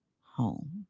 home